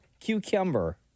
Cucumber